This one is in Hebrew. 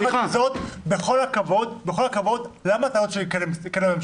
יחד עם זאת בכל הכבוד למה אתה לא רוצה שתקדם הממשלה?